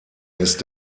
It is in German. ist